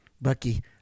Bucky